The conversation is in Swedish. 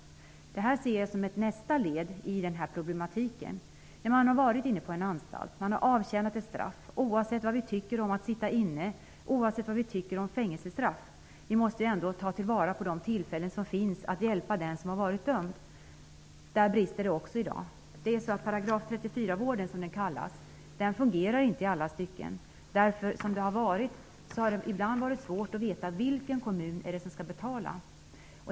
Detta ses som ett nästa led i den här problematiken. När det gäller den som har suttit på anstalt och avtjänat ett straff måste vi -- oavsett vad vi tycker om detta med att sitta inne och oavsett vad vi tycker om fängelsestraff -- ta vara på de tillfällen som finns när det gäller att hjälpa den som har varit dömd. Där brister det också i dag. Det som kallas § 34-vård fungerar inte i alla stycken. Det har ibland varit svårt att veta vilken kommun som skall betala.